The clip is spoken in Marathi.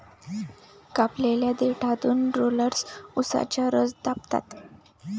कापलेल्या देठातून रोलर्स उसाचा रस दाबतात